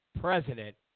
president